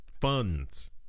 funds